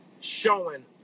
showing